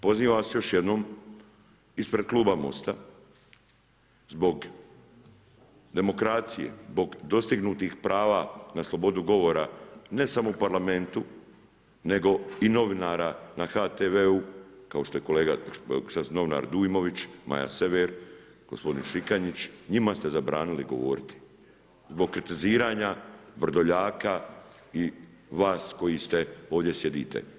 Pozivam vas još jednom ispred kluba MOST-a zbog demokracije, zbog dostignutih prava na slobodu govora ne samo u Parlamentu nego i novinara na HTV-u kao što je kolega novinar Dujmović, Maja Sever, gospodin Šikanjić njima ste zabranili govoriti zbog kritiziranja Vrdoljaka i vas koji ovdje sjedite.